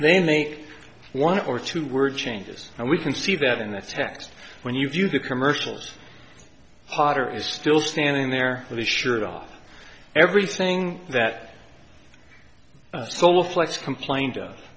they make one or two word changes and we can see that in the text when you view the commercials potter is still standing there with his shirt off everything that solo flights complained of